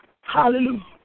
Hallelujah